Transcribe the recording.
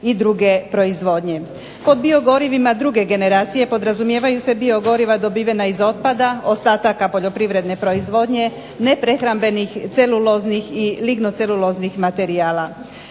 i druge proizvodnje. Pod biogorivima druge generacije podrazumijevaju se biogoriva dobivena iz otpada ostataka poljoprivredne proizvodnje neprehrambenih, celuloznih i lignoceluloznih materijala.